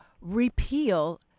repeal